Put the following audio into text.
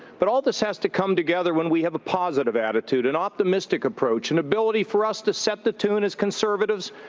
but all of this has to come together when we have a positive attitude, an optimistic approach, an ability for us to set the tune as conservatives,